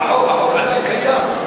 החוק הזה קיים.